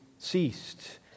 ceased